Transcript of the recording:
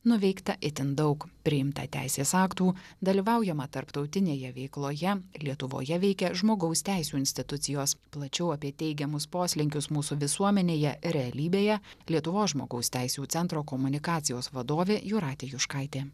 nuveikta itin daug priimtą teisės aktų dalyvaujama tarptautinėje veikloje lietuvoje veikia žmogaus teisių institucijos plačiau apie teigiamus poslinkius mūsų visuomenėje realybėje lietuvos žmogaus teisių centro komunikacijos vadovė jūratė juškaitė